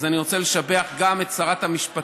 אז אני רוצה לשבח גם את שרת המשפטים,